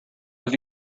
have